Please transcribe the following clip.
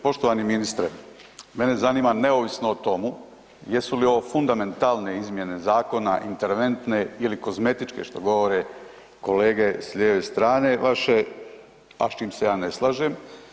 Poštovani ministre, mene zanima neovisno o tomu jesu li ovo fundamentalne izmjene zakona, interventne ili kozmetičke što govore kolege s lijeve strane vaše, a s čim se ja ne slažem.